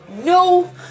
No